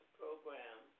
program